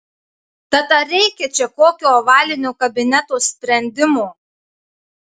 tad ar reikia čia kokio ovalinio kabineto sprendimo